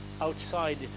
outside